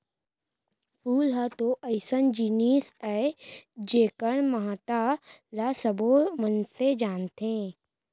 फूल ह तो अइसन जिनिस अय जेकर महत्ता ल सबो मनसे जानथें